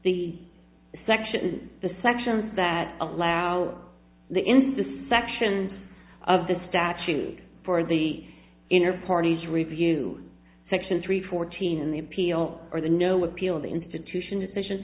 section the sections that allow the insist section of the statute for the inner parties review section three fourteen in the appeal or the no appeal the institution decision